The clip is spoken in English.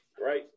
right